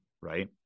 right